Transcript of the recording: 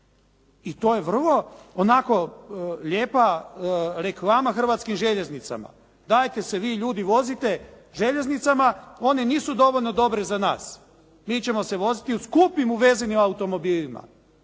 I to je vrlo onako lijepa reklama hrvatskim željeznicama, dajete se vi ljudi vozite željeznicama. One nisu dovoljno dobre za nas. Mi ćemo se voziti u skupim uvezenim automobilima.